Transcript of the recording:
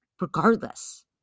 regardless